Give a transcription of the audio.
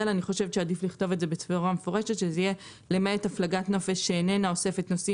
עדיף לכתוב את המילים "למעט הפלגת נופש שאיננה אוספת נוסעים